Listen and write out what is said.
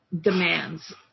demands